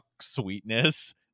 sweetness